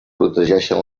protegeixen